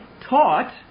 taught